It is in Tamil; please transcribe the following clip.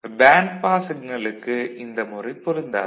பேண்ட் பாஸ் சிக்னலுக்கு இந்த முறை பொருந்தாது